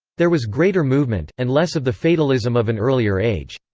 there was greater movement, and less of the fatalism of an earlier age.